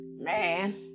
Man